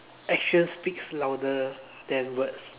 actions speaks louder than words